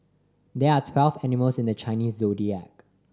there are twelve animals in the Chinese Zodiac